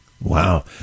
Wow